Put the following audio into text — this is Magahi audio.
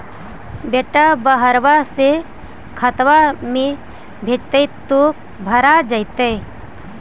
बेटा बहरबा से खतबा में भेजते तो भरा जैतय?